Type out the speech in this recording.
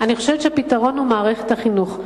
אני חושבת שהפתרון הוא מערכת החינוך.